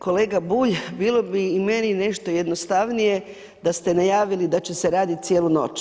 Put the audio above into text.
Kolega Bulj, bilo bi i meni nešto jednostavnije da ste najavili da će se raditi cijelu noć.